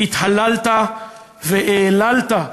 התהללת והעללת,